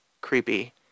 creepy